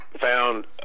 found